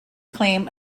claim